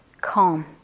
calm